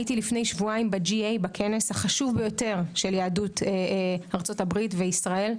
הייתי לפני שבועיים ב-GA בכנס החשוב ביותר של יהדות ארצות הברית וישראל,